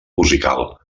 musical